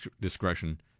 discretion